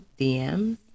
DMs